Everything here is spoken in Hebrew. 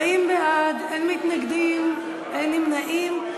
40 בעד, אין מתנגדים, אין נמנעים.